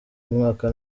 umwaka